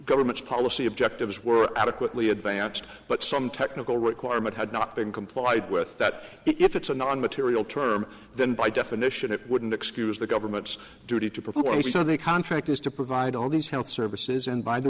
government's policy objectives were adequately advanced but some technical requirement had not been complied with that if it's a non material term then by definition it wouldn't excuse the government's duty to perform so they contract is to provide all these health services and by the